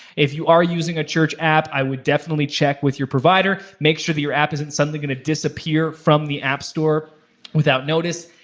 if you are using a church app, i would definitely check with your provider. make sure that your app isn't suddenly gonna disappear from the app store without notice.